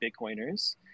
Bitcoiners